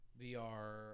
VR